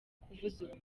kuvuza